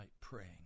praying